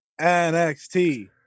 NXT